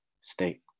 state